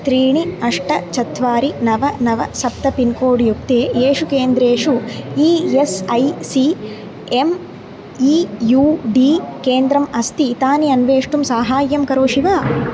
त्रीणि अष्ट चत्वारि नव नव सप्त पिन्कोड् युक्ते येषु केन्द्रेषु E S I C M E U D केन्द्रम् अस्ति तानि अन्वेष्टुं साहाय्यं करोषि वा